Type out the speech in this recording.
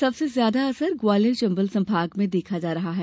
सबसे ज्यादा असर ग्वालियर चंबल संभाग में देखा जा रहा है